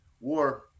war